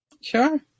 sure